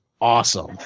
awesome